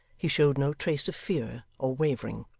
he showed no trace of fear or wavering.